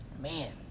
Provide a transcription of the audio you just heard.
man